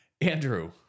Andrew